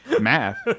math